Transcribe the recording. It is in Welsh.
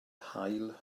hail